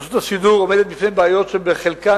רשות השידור עומדת בפני בעיות שחלקן